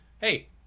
hey